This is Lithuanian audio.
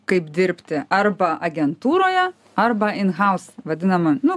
kaip dirbti arba agentūroje arba inhaus vadinama nu